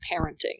parenting